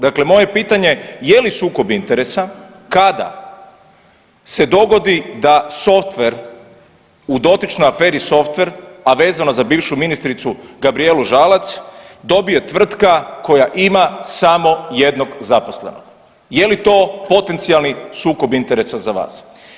Dakle moje pitanje je li sukob interesa kada se dogodi da softver u dotičnoj aferi Softver, a vezano za bivšu ministricu Gabrijelu Žalac dobije tvrtka koja ima samo jednog zaposlenog, je li to potencijali sukob interesa za vas?